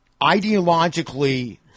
ideologically